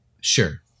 Sure